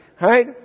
Right